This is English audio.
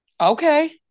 okay